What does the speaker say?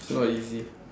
it's not easy